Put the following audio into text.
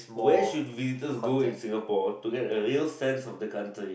where should visitors go in Singapore to get a real sense of the country